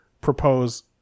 propose